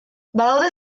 badaude